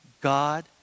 God